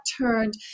turned